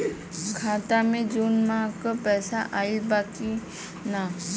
खाता मे जून माह क पैसा आईल बा की ना?